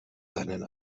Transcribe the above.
seinen